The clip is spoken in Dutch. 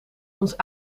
ons